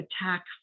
attack